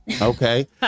Okay